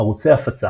ערוצי הפצה